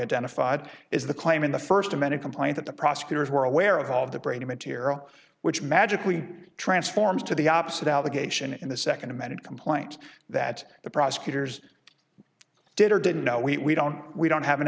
identified is the claim in the first amended complaint that the prosecutors were aware of all of the brady material which magically transforms to the opposite allegation in the second amended complaint that the prosecutors did or didn't know we don't we don't have an